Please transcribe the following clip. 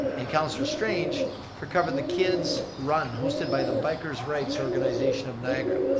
and councillor strange for covering the kid's run, hosted by the bikers rights organization of niagara.